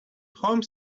home